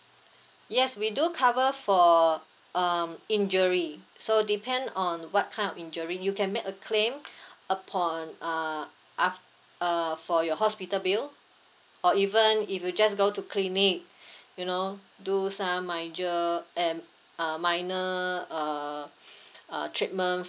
yes we do cover for um injury so depend on what kind of injury you can make a claim upon uh af~ uh for your hospital bill or even if you just go to clinic you know do some major em~ uh minor uh uh treatment